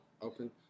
open